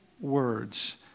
words